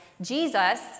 Jesus